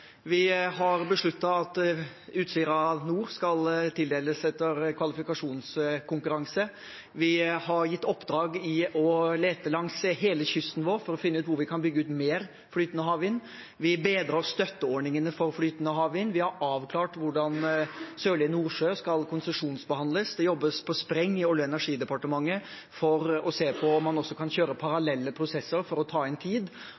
Vi har besluttet at Utsira Nord skal tildeles etter en kvalifikasjonskonkurranse. Vi har gitt i oppdrag å lete langs hele kysten vår for å finne ut hvor vi kan bygge ut mer flytende havvind. Vi bedrer støtteordningene for flytende havvind. Vi har avklart hvordan Sørlige Nordsjø II skal konsesjonsbehandles. Det jobbes på spreng i Olje- og energidepartementet for å se på om man også kan kjøre parallelle prosesser for å ta inn tid.